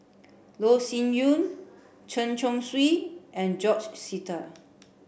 Loh Sin Yun Chen Chong Swee and George Sita